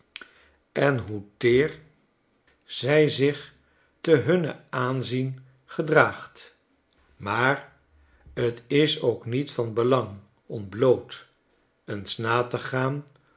en hoe teer zij zich te hunnen aanzien gedraagt maar t is ook niet van belang ontbloot eens na te gaan